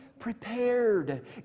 prepared